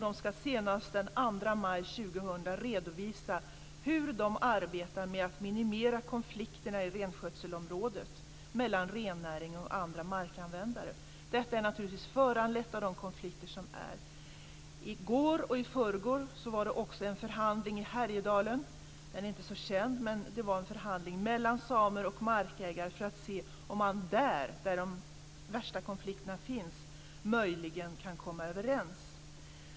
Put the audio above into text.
De ska senast den 2 maj år 2000 redovisa hur de arbetar med att minimera konflikterna mellan rennäring och andra markanvändare i renskötselområdet. Detta är naturligtvis föranlett av de konflikter som finns. I går och i förrgår var det också en förhandling i Härjedalen. Den är inte så känd, men det var en förhandling mellan samer och markägare för att se om man i det område där de värsta konflikterna finns möjligen kan komma överens.